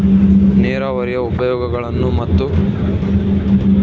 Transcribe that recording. ನೇರಾವರಿಯ ಉಪಯೋಗಗಳನ್ನು ಮತ್ತು?